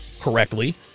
correctly